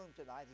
tonight